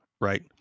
right